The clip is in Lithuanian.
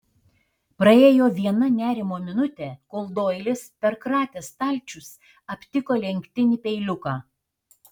praėjo viena nerimo minutė kol doilis perkratęs stalčius aptiko lenktinį peiliuką